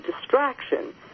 distraction